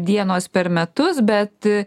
dienos per metus bet